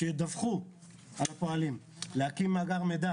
שידווחו על הפועלים, להקים מאגר מידע